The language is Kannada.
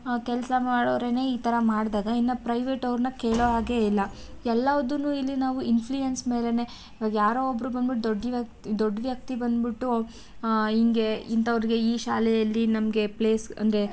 ಕೆಲಸ ಮಾಡೋವ್ರೇ ಈ ಥರ ಮಾಡಿದಾಗ ಇನ್ನು ಪ್ರೈವೇಟ್ ಅವ್ರನ್ನ ಕೇಳೋ ಹಾಗೇ ಇಲ್ಲ ಎಲ್ಲವ್ದನ್ನೂ ಇಲ್ಲಿ ನಾವು ಇನ್ಫ್ಲುಯೆನ್ಸ್ ಮೇಲೆನೇ ಇವಾಗ ಯಾರೋ ಒಬ್ಬರು ಬನ್ಬಿಟ್ಟು ದೊಡ್ಡ ವ್ಯಕ್ತಿ ದೊಡ್ಡ ವ್ಯಕ್ತಿ ಬಂದ್ಬಿಟ್ಟು ಹಿಂಗೇ ಇಂಥವ್ರಿಗೆ ಈ ಶಾಲೆಯಲ್ಲಿ ನಮಗೆ ಪ್ಲೇಸ್ ಅಂದರೆ